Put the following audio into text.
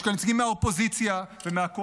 יש כאן נציגים מהאופוזיציה ומהקואליציה,